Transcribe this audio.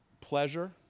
Pleasure